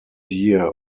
year